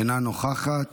אינה נוכחת.